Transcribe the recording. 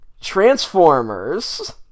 Transformers